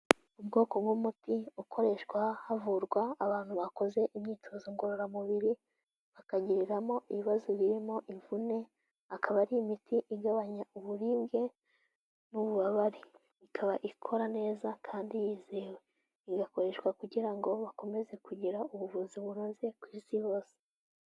Ubwoko bw'umuti ukoreshwa havurwa abantu bakoze imyitozo ngororamubiri, bakagiriramo ibibazo birimo imvune, akaba ari imiti igabanya uburibwe n'ububabare, ikaba ikora neza kandi yizewe, igakoreshwa kugira ngo bakomeze kugira ubuvuzi bunoze ku Isi hose.